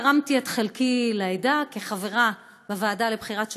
תרמתי את חלקי לעדה כחברה בוועדה לבחירת שופטים.